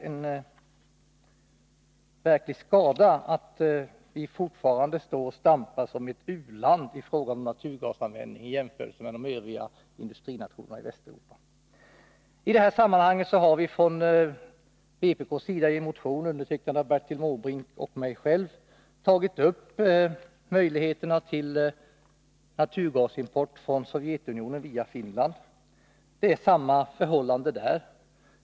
Det är stor skada att vi fortfarande står och stampar på samma fläck som ett u-land i fråga om naturgasanvändning i jämförelse med de övriga industrinationerna i Västeuropa. Vi har från vpk:s sida i en motion, undertecknad av Bertil Måbrink och mig själv, tagit upp möjligheterna till naturgasimport från Sovjetunionen via Finland.